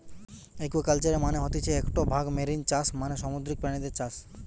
একুয়াকালচারের মানে হতিছে একটো ভাগ মেরিন চাষ মানে সামুদ্রিক প্রাণীদের চাষ